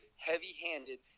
heavy-handed